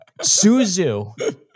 Suzu